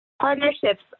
Partnerships